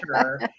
Sure